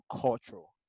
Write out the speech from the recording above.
cultural